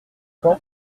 quand